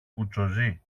κουτσοζεί